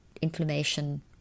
inflammation